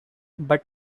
but